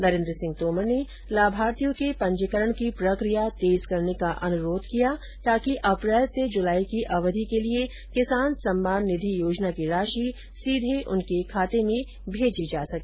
नरेन्द्र सिंह तोमर ने लाभार्थियों के पंजीकरण की प्रक्रिया तेज करने का अनुरोध किया ताकि अप्रैल से जुलाई की अवधि के लिए किसान सम्मान निधि योजना की राशि सीधे उनके खाते में भेजी जा सके